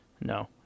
No